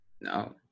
No